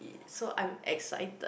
so I'm excited